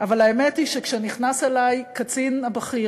אבל האמת היא שכשנכנס אלי קצין בכיר,